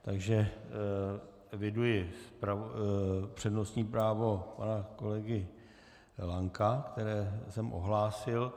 Takže eviduji přednostní právo pana kolegy Lanka, které jsem ohlásil.